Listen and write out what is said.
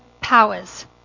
powers